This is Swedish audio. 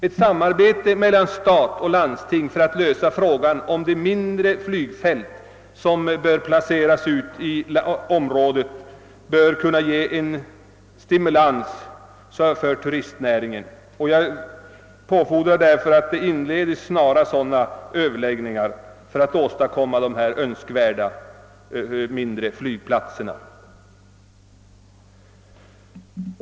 Ett samarbete mellan stat och landsting för att lösa frågan om de mindre flygfält som bör placeras ut i området bör kunna ge en stimulans åt turistnäringen, och jag påfordrar därför att överläggningar i detta syfte snarast inledes.